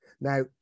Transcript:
Now